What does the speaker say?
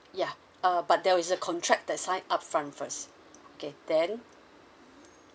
yeah uh but there is a contract that sign upfront first okay then